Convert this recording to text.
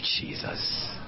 Jesus